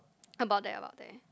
about there about there